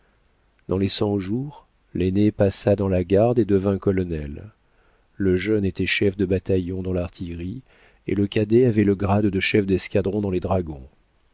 dans les cent-jours l'aîné passa dans la garde et devint colonel le jeune était chef de bataillon dans l'artillerie et le cadet avait le grade de chef d'escadron dans les dragons